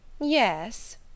Yes